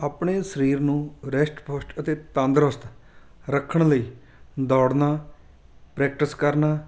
ਆਪਣੇ ਸਰੀਰ ਨੂੰ ਰਿਸ਼ਟ ਪੁਸ਼ਟ ਅਤੇ ਤੰਦਰੁਸਤ ਰੱਖਣ ਲਈ ਦੌੜਨਾ ਪ੍ਰੈਕਟਿਸ ਕਰਨਾ